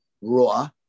Raw